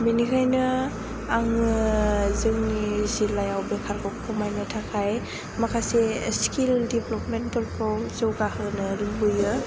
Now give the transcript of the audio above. बेनिखायनो आङो जोंनि जिल्लायाव बेखारखौ खमायनो थाखाय माखासे स्किल डेभेलपमेन्टफोरखौ जौगाहोनो लुबैयो